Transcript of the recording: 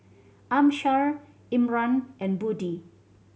Amsyar Iman and Budi